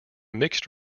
mixed